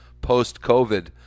post-COVID